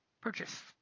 purchase